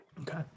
Okay